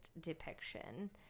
depiction